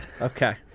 Okay